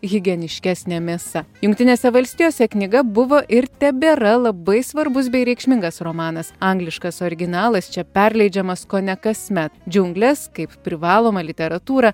higieniškesnė mėsa jungtinėse valstijose knyga buvo ir tebėra labai svarbus bei reikšmingas romanas angliškas originalas čia perleidžiamas kone kasmet džiungles kaip privalomą literatūrą